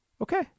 Okay